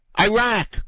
Iraq